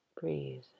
Breathe